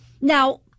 Now